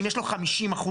אם יש לו חמישים אחוז,